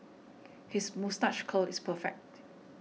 his moustache curl is perfect